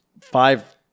five